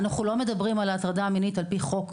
אנחנו לא מדברים על ההטרדה המינית על פי חוק,